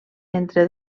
entre